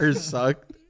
sucked